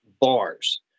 bars